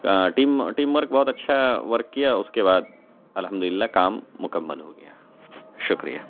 team team work بہت اچھا work کیا اس کے بعد الحمد للہ کام مکمل ہو گیا شکریہ